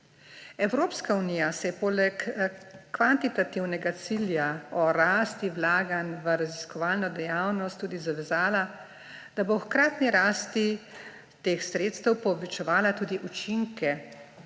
Evropska unija se je poleg kvantitativnega cilja o rasti vlaganj v raziskovalno dejavnost tudi zavezala, da bo ob hkratni rasti teh sredstev povečevala tudi učinke